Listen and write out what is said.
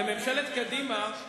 מה זה